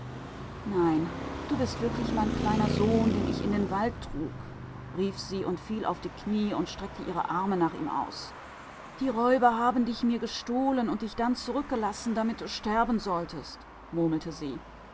nein aber du bist wirklich mein kleiner sohn den ich in den wald trug rief sie und sie sank in ihre knie und streckte die arme nach ihm aus die räuber haben dich mir gestohlen und dich liegenlassen damit du sterben solltest murmelte sie